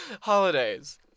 Holidays